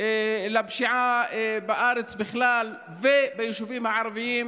לפשיעה בארץ בכלל וביישובים הערביים,